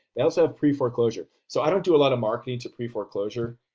they also have pre-foreclosure. so i don't do a lot of marketing to pre-foreclosure,